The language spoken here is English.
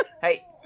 hey